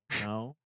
No